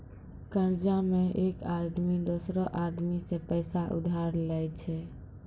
कर्जा मे एक आदमी दोसरो आदमी सं पैसा उधार लेय छै